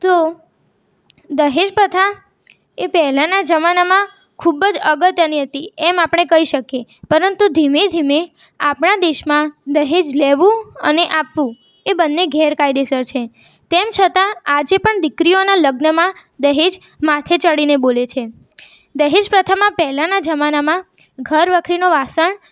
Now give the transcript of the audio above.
તો દહેજ પ્રથા એ પહેલાના જમાનામાં ખૂબ જ અગત્યની હતી એમ આપણે કહી શકીએ પરંતુ ધીમે ધીમે આપણા દેશમાં દહેજ લેવું અને આપવું એ બંને ગેરકાયદેસર છે તેમ છતાં આજે પણ દીકરીઓના લગ્નમાં દહેજ માથે ચડીને બોલે છે દહેજ પ્રથામાં પહેલાના જમાનામાં ઘર વખરીનાં વાસણ